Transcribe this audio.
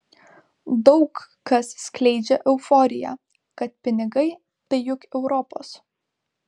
daug kas skleidžia euforiją kad pinigai tai juk europos